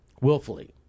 willfully